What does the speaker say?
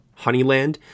Honeyland